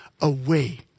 away